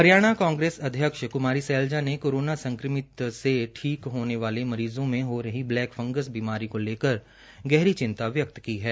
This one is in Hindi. हरियाणा कांग्रेस अध्यक्ष कुमारी सैलजा ने कोरोना संक्रमित से ठीक होने वाले मरीजों में हो रही ब्लैक फंगस बीमारी को लेकर गहरी चिंता व्यक्त की है